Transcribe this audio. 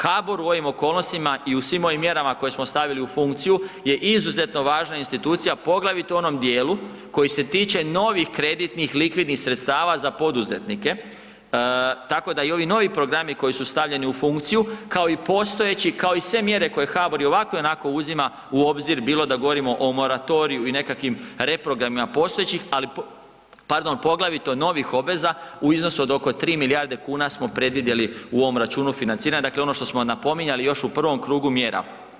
HBOR u ovim okolnostima i svim ovim mjerama koje smo stavili u funkciju je izuzetno važna institucija, poglavito u onom dijelu koji se tiče novih kreditnih likvidnih sredstava za poduzetnike, tako da i ovi novi programi koji su stavljeni u funkciju, kao i postojeći, kao i sve mjere koje HBOR i ovako i onako uzima u obzir, bilo da govorimo o moratoriju i nekakvim reprogramima postojećih, ali, pardon, poglavito novih obveza, u iznosu od oko 3 milijarde kuna smo predvidjeli u ovom računu financiranje, dakle ono što smo napominjali još u krugu mjera.